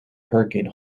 hurricane